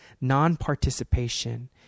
non-participation